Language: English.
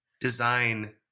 design